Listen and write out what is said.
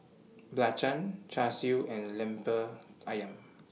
Belacan Char Siu and Lemper Ayam